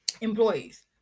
employees